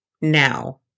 now